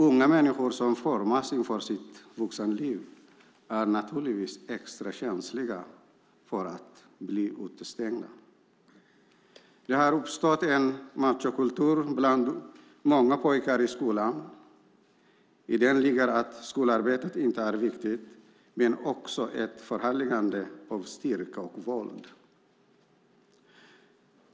Unga människor som formas inför sitt vuxenliv är naturligtvis extra känsliga för att bli utestängda. Det har uppstått en machokultur bland många pojkar i skolan. I den ligger att skolarbetet inte är viktigt, och det finns ett förhärligande av styrka och våld.